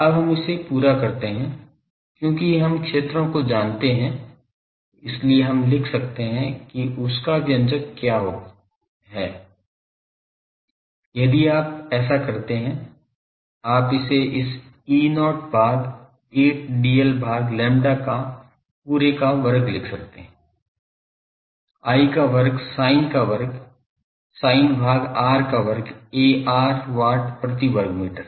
अब हम उसे पूरा करते हैं क्योंकि हम क्षेत्रों को जानते हैं इसलिए हम लिख सकते हैं कि उसका व्यंजक क्या क्या है यदि आप ऐसा करते हैं आप इसे इस eta not भाग 8 dl भाग lambda का पुरे का वर्ग लिख सकते है I का वर्ग sin का वर्ग theta भाग r का वर्ग ar watt प्रति वर्गमीटर